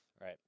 right